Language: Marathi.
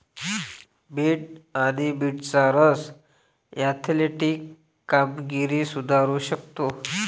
बीट आणि बीटचा रस ऍथलेटिक कामगिरी सुधारू शकतो